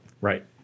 Right